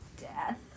death